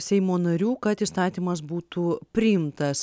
seimo narių kad įstatymas būtų priimtas